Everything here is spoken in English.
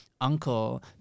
uncle